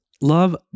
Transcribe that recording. Love